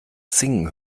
singen